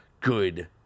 good